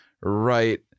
right